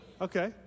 Okay